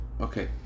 Okay